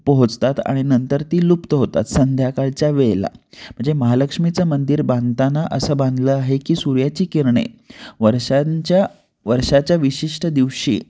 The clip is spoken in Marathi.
पोहोचतात आणि नंतर ती लुप्त होतात संध्याकाळच्या वेळेला म्हणजे महालक्ष्मीचं मंदिर बांधताना असं बांधलं आहे की सूर्याची किरणे वर्षाच्या वर्षाच्या विशिष्ट दिवशी